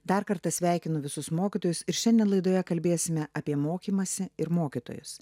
dar kartą sveikinu visus mokytojus ir šiandien laidoje kalbėsime apie mokymąsi ir mokytojus